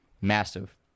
Massive